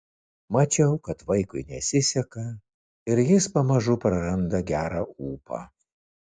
mačiau kad vaikui nesiseka ir jis pamažu praranda gerą ūpą